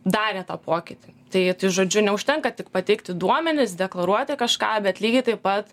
darė tą pokytį tai tai žodžiu neužtenka tik pateikti duomenis deklaruoti kažką bet lygiai taip pat